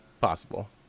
possible